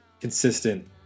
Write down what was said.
consistent